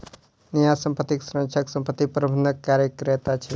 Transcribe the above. न्यास संपत्तिक संरक्षक संपत्ति प्रबंधनक कार्य करैत अछि